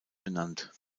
benannt